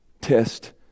test